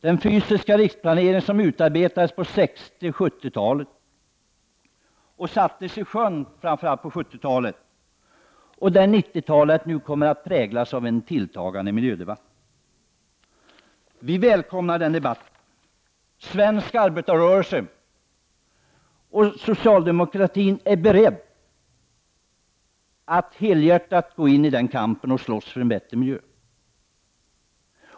Den fysiska riksplaneringen utarbetades på 60-talet för att sättas i sjön framför allt på 70-talet. 90-talet kommer att präglas av en tilltagande miljödebatt. Vi välkomnar den debatten. Svensk arbetarrörelse och socialdemokratin är beredda att helhjärtat gå in i kampen och slåss för en bättre miljö.